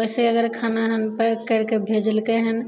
ओइसे अगर खाना हँ पैक करिके भेजलकै हँ